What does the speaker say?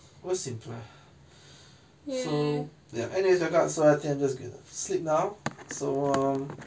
was simpler so there there got so I can just gonna sleep now so